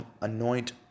anoint